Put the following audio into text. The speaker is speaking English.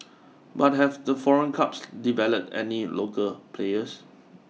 but have the foreign clubs developed any local players